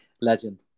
Legend